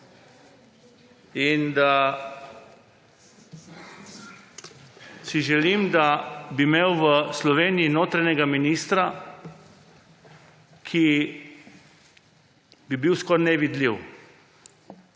In si želim, da bi imel v Sloveniji notranjega ministra, ki bi bil skoraj nevidljiv,